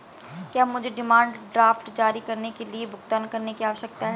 क्या मुझे demand draft जारी करने के लिए भुगतान करने की आवश्यकता है?